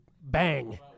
bang